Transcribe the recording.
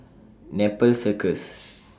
Nepal Circus